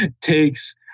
takes